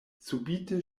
subite